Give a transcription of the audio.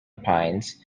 pines